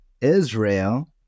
Israel